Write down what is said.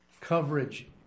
coverage